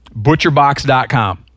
butcherbox.com